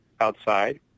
outside